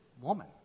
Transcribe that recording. woman